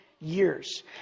years